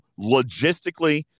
logistically